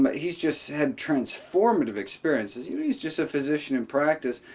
but he's just had transformative experiences. you know he's just a physician in practice.